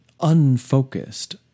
unfocused